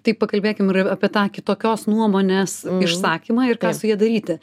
tai pakalbėkim ir apie tą kitokios nuomonės išsakymą ir ką su ja daryti